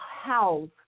house